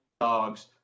dogs